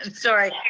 and sorry,